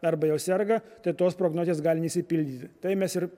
arba jau serga tai tos prognozės gali neišsipildyti tai mes ir